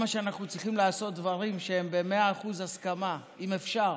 צריכים לעשות דברים ב-100% הסכמה, אם אפשר.